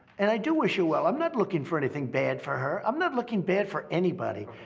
and i do wish her well. i'm not looking for anything bad for her. i'm not looking bad for anybody.